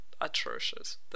atrocious